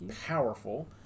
powerful